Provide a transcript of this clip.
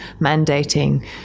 mandating